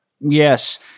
Yes